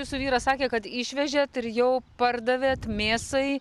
jūsų vyras sakė kad išvežėt ir jau pardavėt mėsai